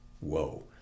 Whoa